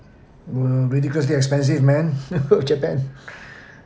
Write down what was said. mm ridiculously expensive man japan